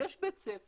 יש בית ספר